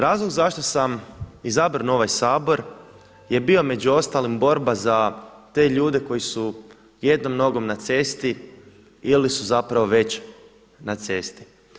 Razlog zašto sam izabran u ovaj Sabor je bio između ostalim borba za te ljude koji su jednom nogom na cesti ili su zapravo već na cesti.